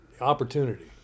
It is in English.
opportunity